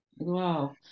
Wow